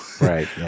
right